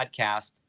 podcast